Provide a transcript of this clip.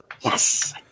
Yes